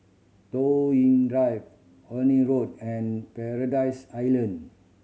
Toh Yi Drive Horne Road and Paradise Island